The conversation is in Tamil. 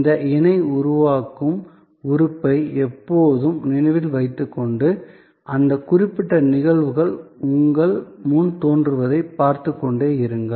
இந்த இணை உருவாக்கும் உறுப்பை எப்போதும் நினைவில் வைத்துக்கொண்டு அந்த குறிப்பிட்ட நிகழ்வுகள் உங்கள் முன் தோன்றுவதைப் பார்த்துக் கொண்டே இருங்கள்